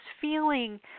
feeling